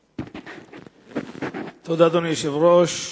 תודה, אדוני היושב-ראש.